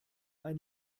ein